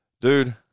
dude